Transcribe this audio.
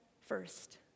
first